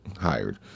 hired